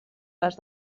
les